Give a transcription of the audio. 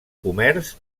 comerç